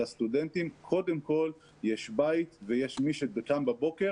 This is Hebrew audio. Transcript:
לסטודנטים קודם כול יש בית ויש מי שקם בבוקר